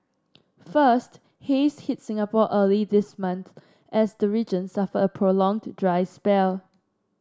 first haze hit Singapore early this month as the region suffered a prolonged dry spell